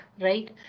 right